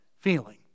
feeling